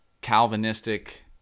Calvinistic